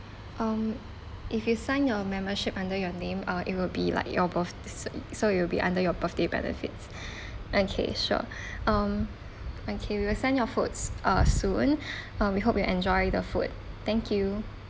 um if you sign your membership under your name uh it will be like your birth~ s~ so you it'll be under your birthday benefits okay sure um okay we will send your food uh soon uh we hope you enjoy the food thank you